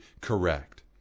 correct